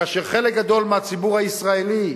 כאשר חלק גדול מהציבור הישראלי,